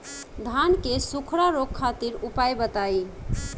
धान के सुखड़ा रोग खातिर उपाय बताई?